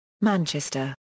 Manchester